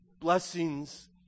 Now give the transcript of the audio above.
blessings